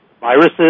viruses